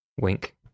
Wink